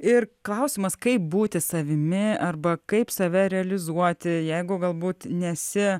ir klausimas kaip būti savimi arba kaip save realizuoti jeigu galbūt nesi